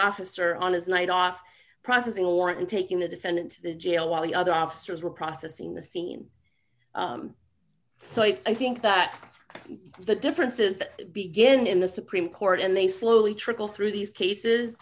officer on his night off processing a warrant and taking the defendant to the jail while the other officers were processing the scene so i think that the difference is that begin in the supreme court and they slowly trickle through these cases